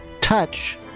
touch